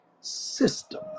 system